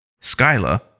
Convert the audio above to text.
Skyla